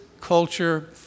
culture